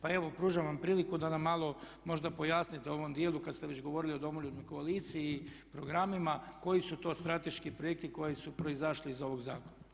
Pa evo pružam vam priliku da nam malo možda pojasnite u ovom dijelu kad ste već govorili o Domoljubnoj koaliciji i programima koji su to strateški projekti koji su proizašli iz ovog zakona.